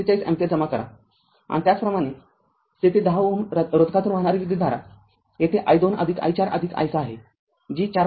७४ ampere जमा करा त्याचप्रमाणे येथे १० Ω रोधकातून वाहणारी विद्युतधारा येथे i२ i४ i६ आहे जी ४